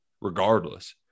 regardless